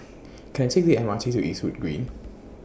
Can I Take The M R T to Eastwood Green